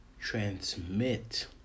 transmit